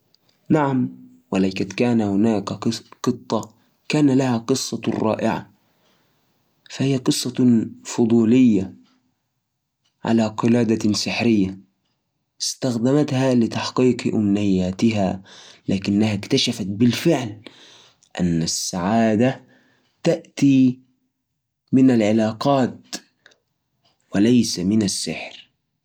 في أحد الأيام، عثرت قطة فضولية على قلادة سحرية في زاوية قديمة بالبيت. أول ما لمستها، بدأت تشوف الدنيا بشكل مختلف، تسمع أصوات البشر وتفهم كلامهم. قررت تجول في الحارة، تتعرف على أسرار أهلها. لكن كل ما اكتشفت سر، كانت القلادة تتوهج وتنبهها أن الفضول أحياناً ممكن يسبب مشاكل.